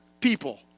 people